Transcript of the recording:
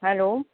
hello